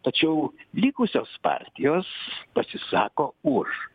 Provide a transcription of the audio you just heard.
tačiau likusios partijos pasisako už